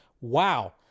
wow